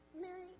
Mary